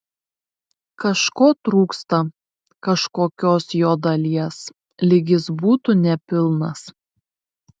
kažko trūksta kažkokios jo dalies lyg jis būtų nepilnas